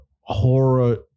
horror